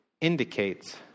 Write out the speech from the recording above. indicates